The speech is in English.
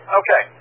okay